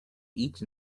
each